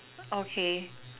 okay